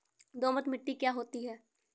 दोमट मिट्टी क्या होती हैं?